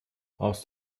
brauchst